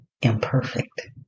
imperfect